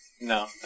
No